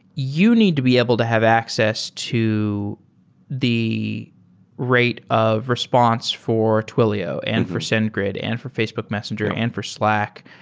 you need to be able to have access to the rate of response for twilio, and for sendgrid, and for facebook messenger, and for slack.